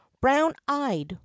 brown-eyed